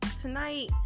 tonight